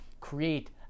create